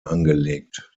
angelegt